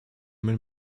mein